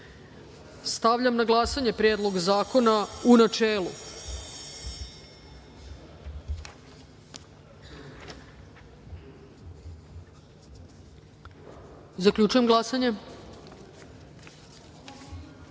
polju. Stavljam na glasanje Predlog zakona u načelu. Zaključujem glasanje: